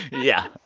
yeah.